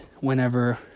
whenever